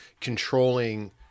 controlling